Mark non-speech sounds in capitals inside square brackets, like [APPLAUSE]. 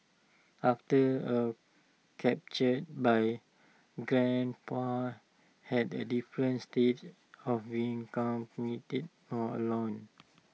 [NOISE] after her capture my grandpa had A different state of being completely alone